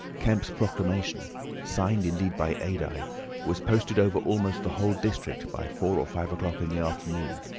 kemp's proclamation signed indeed by adye was posted over almost the whole district by four or five o'clock in the afternoon.